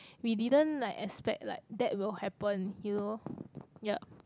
we didn't like expect like that will happen you know yup